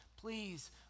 please